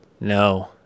no